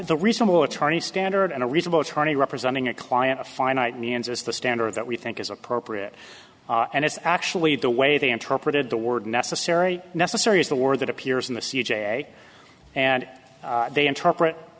the reasonable attorney standard and a reasonable tourney representing a client of finite means as the standard that we think is appropriate and it's actually the way they interpreted the word necessary necessary is the word that appears in the c j and they interpret